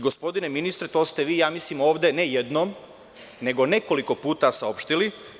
Gospodine ministre, to ste vi ovde, ne jednom nego nekoliko puta, saopštili.